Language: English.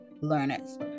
learners